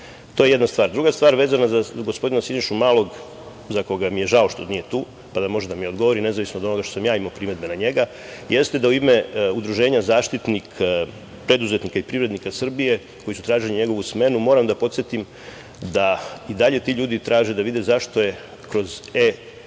To je jedna stvar. Druga stvar vezana za gospodina Sinišu Malog, za koga mi je žao što nije tu, pa da može da mi odgovori, nezavisno od onoga što sam ja imao primedbe na njega, jeste da u ime Udruženja „Zaštitnik preduzetnika i privrednika Srbije“ koji su tražili njegovu smenu… Moram da podsetim da i dalje ti ljudi traže da vide zašto su kroz